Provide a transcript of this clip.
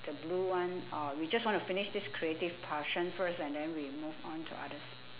the blue one or we just want to finish this creative portion first and then we move on to others